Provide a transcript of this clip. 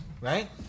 right